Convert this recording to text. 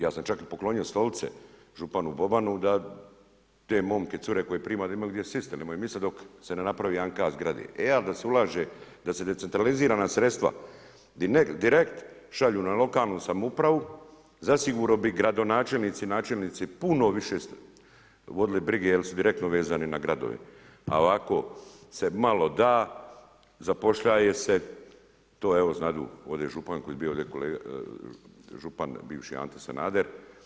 Ja sam čak i poklonio i stolice županu Bobanu da te momke, cure koje prima imaju gdje sjest, imaju mjesta dok se ne napravi jedan kat zgrade, e a da se ulaže, da se decentralizirana sredstva direkt šalju na lokalnu samoupravu, zasigurno bi gradonačelnici, načelnici puno više vodili brige jer su direktno vezani na gradove, a ovako se malo da, zapošljaje se, to evo znadu ovdje župani koji su bili ovdje kolege, župan bivši Ante Sanader.